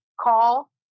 call